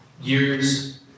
years